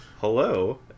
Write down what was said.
Hello